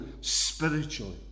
spiritually